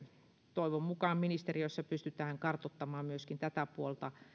toivon mukaan ministeriössä pystytään kartoittamaan myöskin tätä puolta